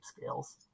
scales